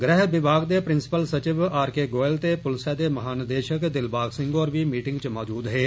गृह विभाग दे प्रिंसिपल सचिव आर के गोयल ते पुलिसै दे महानिदेशक दिलबाग सिंह होर बी मीटिंग च मौजूद हे